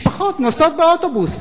משפחות נוסעות באוטובוס,